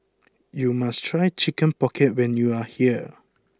you must try Chicken Pocket when you are here